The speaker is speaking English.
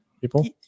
people